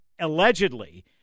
allegedly